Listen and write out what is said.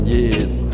Yes